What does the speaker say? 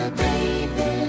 baby